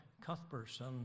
Cuthbertson